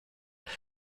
they